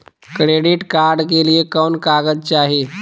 Credit card के लिए कौन कागज चाही?